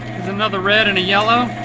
here's another red and a yellow.